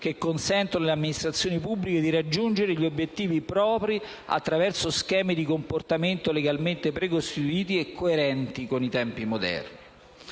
che consento alle amministrazioni pubbliche di raggiungere gli obiettivi propri attraverso schemi di comportamento legalmente precostituiti e coerenti con i tempi moderni.